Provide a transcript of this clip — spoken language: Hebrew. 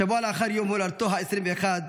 שבוע לאחר יום הולדתו ה-21,